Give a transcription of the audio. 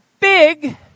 big